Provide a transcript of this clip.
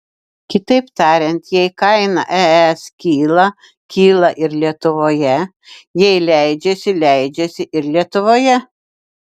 kitaip tariant jei kaina es kyla kyla ir lietuvoje jei leidžiasi leidžiasi ir lietuvoje